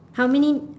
how many